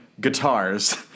guitars